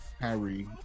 Harry